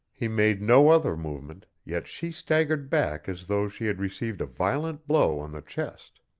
he made no other movement, yet she staggered back as though she had received a violent blow on the chest.